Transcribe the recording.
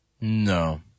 No